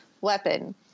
weapon